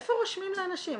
איפה רושמים לאנשים?